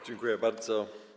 Dziękuję bardzo.